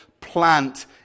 plant